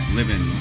living